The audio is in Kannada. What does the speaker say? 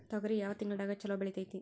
ತೊಗರಿ ಯಾವ ತಿಂಗಳದಾಗ ಛಲೋ ಬೆಳಿತೈತಿ?